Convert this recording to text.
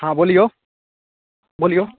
हँ बोलियौ बोलियौ